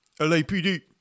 LAPD